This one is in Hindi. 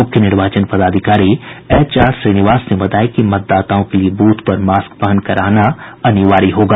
मुख्य निर्वाचन पदाधिकारी एच आर श्रीनिवास ने बताया कि मतदाताओं के लिये ब्रथ पर मास्क पहनकर आना अनिवार्य होगा